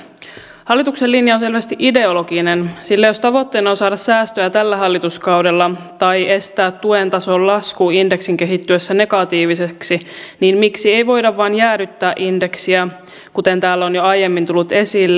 hallituksen linjaus on selvästi ideologinen sillä jos tavoitteena on saada säästöä tällä hallituskaudella tai estää tuen tason lasku indeksin kehittyessä negatiiviseksi niin miksi ei voida vain jäädyttää indeksiä kuten täällä on jo tullut aiemmin esille